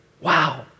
Wow